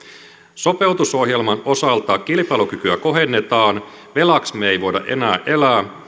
sopeutusohjelman osalta kilpailukykyä kohennetaan velaksi me emme voi enää elää